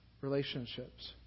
relationships